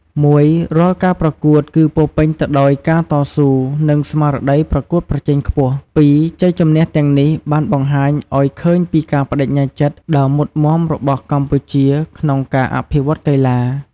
១រាល់ការប្រកួតគឺពោរពេញទៅដោយការតស៊ូ និងស្មារតីប្រកួតប្រជែងខ្ពស់។ ២ជ័យជម្នះទាំងនេះបានបង្ហាញឱ្យឃើញពីការប្តេជ្ញាចិត្តដ៏មុតមាំរបស់កម្ពុជាក្នុងការអភិវឌ្ឍកីឡា។